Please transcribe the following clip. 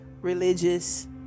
religious